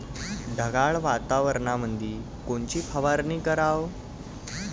ढगाळ वातावरणामंदी कोनची फवारनी कराव?